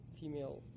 female